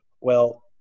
Well-